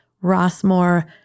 Rossmore